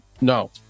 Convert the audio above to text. No